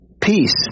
peace